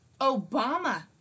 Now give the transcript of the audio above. Obama